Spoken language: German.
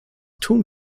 tun